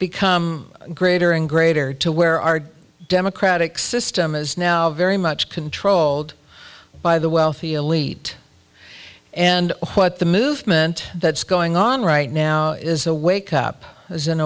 become greater and greater to where our democratic system is now very much controlled by the wealthy elite and what the movement that's going on right now is a wake up as an